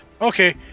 Okay